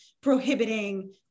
prohibiting